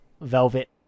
velvet